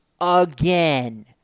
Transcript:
again